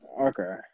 Okay